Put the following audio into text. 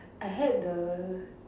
I had the